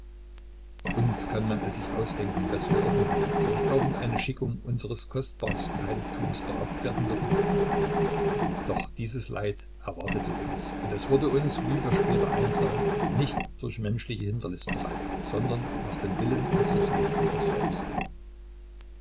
und kann man es sich ausdenken daß wir irgendwie durch irgendeine schickung unseres kostbarsten heiligtums beraubt werden würden indes erwartete uns dieses leid und es wurde uns wie wir später einsahen nicht durch menschliche hinterlist bereitet sondern nach dem willen unseres wegführers selbst